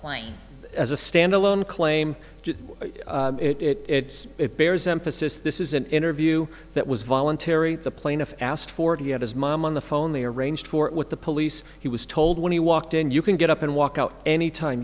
claim as a standalone claim it is it bears emphasis this is an interview that was voluntary the plaintiff asked for to get his mom on the phone they arranged for with the police he was told when he walked in you can get up and walk out anytime